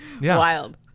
Wild